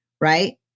right